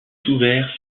ouvert